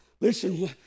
Listen